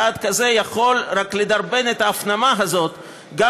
צעד כזה יכול רק לדרבן את ההפנמה הזאת גם